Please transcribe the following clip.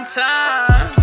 time